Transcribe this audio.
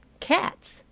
cats!